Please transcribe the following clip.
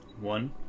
One